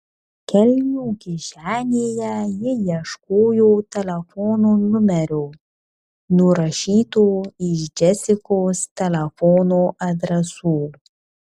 kelnių kišenėje ji ieškojo telefono numerio nurašyto iš džesikos telefono adresų